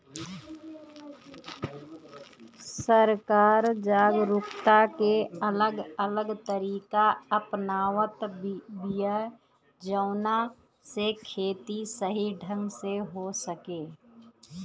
सरकार जागरूकता के अलग अलग तरीका अपनावत बिया जवना से खेती सही ढंग से हो सके